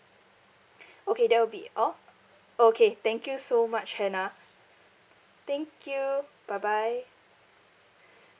okay that will be all okay thank you so much hannah thank you bye bye